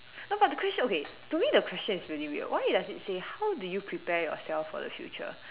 no but the question okay to me the question is really weird why does it say to say how do you prepare yourself for the future